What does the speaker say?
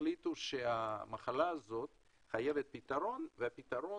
החליטו שהמחלה האת חייבת פתרון והפתרון